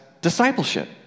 discipleship